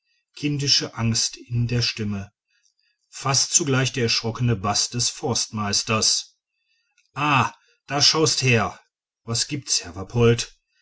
kindische angst in der stimme fast zugleich der erschrockene baß des forstmeisters ah da schaust her was gibt's herr wappolt